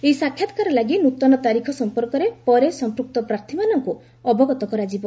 ଏହି ସାକ୍ଷାତ୍କାର ଲାଗି ନୃତନ ତାରିଖ ସମ୍ପର୍କରେ ପରେ ସମ୍ମକ୍ତ ପ୍ରାର୍ଥୀମାନଙ୍କୁ ଅବଗତ କରାଯିବ